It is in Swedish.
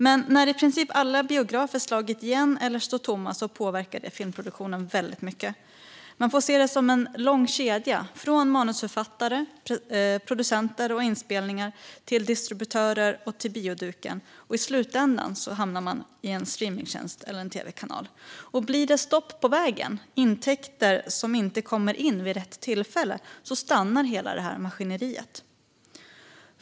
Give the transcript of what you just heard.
Men när i princip alla biografer slagit igen eller står tomma påverkar det filmproduktionen väldigt mycket. Man får se det som en lång kedja, från manusförfattare, producenter och inspelningar till distributörer och till bioduken, och i slutändan hamnar man i en streamningstjänst eller en tv-kanal. Och blir det stopp på vägen, intäkter som inte kommer in vid rätt tillfälle, stannar hela maskineriet.